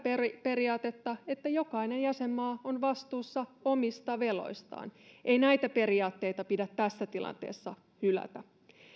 periaatetta että jokainen jäsenmaa on vastuussa omista veloistaan ei näitä periaatteita pidä tässä tilanteessa hylätä